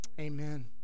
Amen